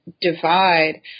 divide